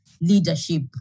leadership